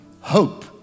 hope